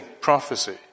prophecy